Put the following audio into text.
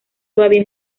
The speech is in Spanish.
todavía